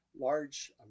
large